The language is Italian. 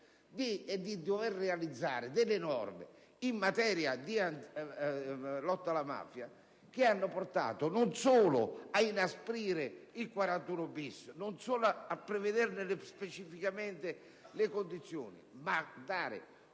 di dover realizzare norme in materia di lotta alla mafia, norme che hanno portato non solo ad inasprire il 41-*bis* e a prevederne specificamente le condizioni, ma anche